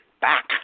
back